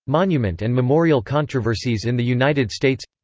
monument and memorial controversies in the united states